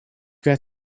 got